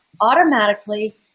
automatically